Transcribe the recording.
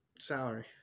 salary